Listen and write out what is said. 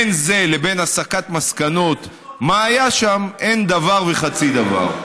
בין זה לבין הסקת מסקנות מה היה שם אין דבר וחצי דבר.